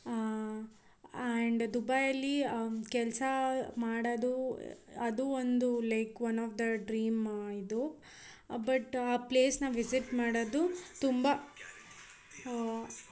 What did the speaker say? and ದುಬೈಯಲ್ಲಿ ಕೆಲಸ ಮಾಡೋದು ಅದು ಒಂದು like one of the dream ಇದು ಬಟ್ ಆ ಪ್ಲೇಸನ್ನ ವಿಸಿಟ್ ಮಾಡೋದು ತುಂಬ